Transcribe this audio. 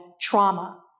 trauma